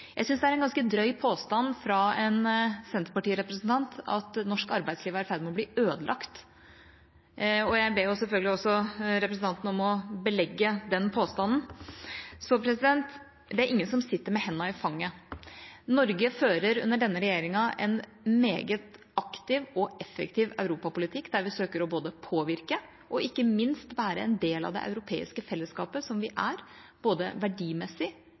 Jeg syns det er en ganske drøy påstand fra en Senterparti-representant at norsk arbeidsliv er i ferd med å bli ødelagt, og jeg ber selvfølgelig også representanten om å belegge den påstanden. Det er ingen som sitter med hendene i fanget. Norge fører under denne regjeringa en meget aktiv og effektiv europapolitikk, der vi søker å både påvirke og ikke minst være en del av det europeiske fellesskapet, som vi er både verdimessig,